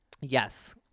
Yes